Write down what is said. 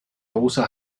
rosa